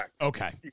Okay